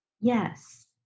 yes